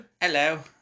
Hello